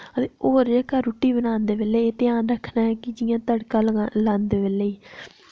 हां ते और जेह्का रुट्टी बनांदे बेल्लै एह् ध्यान रक्खना ऐ कि जि'यां तड़का लांदे बेल्लै